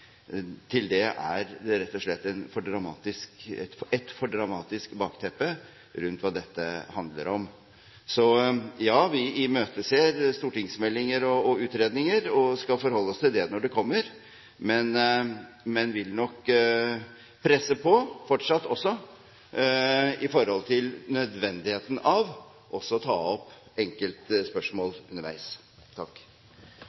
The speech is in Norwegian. Til det er det rett og slett et for dramatisk bakteppe om hva dette handler om. Så ja, vi imøteser stortingsmeldinger og utredninger, og vi skal forholde oss til det når det kommer. Men vi vil nok fortsatt også presse på i forhold til nødvendigheten av også å ta opp enkelte